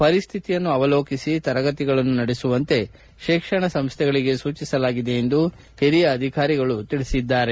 ಪರಿಸ್ಥಿತಿಯನ್ನು ಅವಲೋಕಿಸಿ ತರಗತಿಗಳನ್ನು ನಡೆಸುವಂತೆ ಶಿಕ್ಷಣ ಸಂಸ್ಥೆಗಳಿಗೆ ಸೂಚಿಸಲಾಗಿದೆ ಎಂದು ಹಿರಿಯ ಅಧಿಕಾರಿಗಳು ತಿಳಿಸಿದ್ದಾರೆ